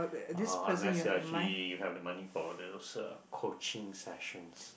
uh unless you're actually you have the money for those coaching sessions